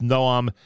Noam